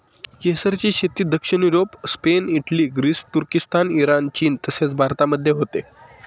केसरची शेती दक्षिण Europe, Spain, Italy, Greece, Turkistan, Iran, चीन तसेच भारतामध्ये होते